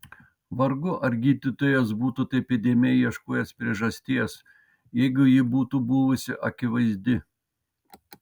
vargu ar gydytojas būtų taip įdėmiai ieškojęs priežasties jeigu ji būtų buvusi akivaizdi